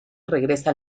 regresa